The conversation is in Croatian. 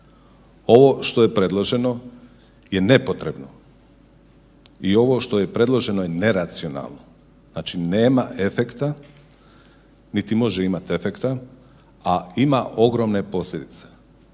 Ovo što je predloženo je nepotrebno i ovo što je predloženo je neracionalno, znači nema efekta niti može imati efekta, a ima ogromne posljedice.